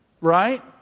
right